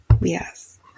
Yes